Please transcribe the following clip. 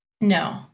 No